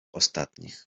ostatnich